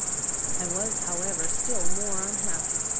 i was however still more unhappy.